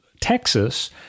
Texas